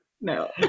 No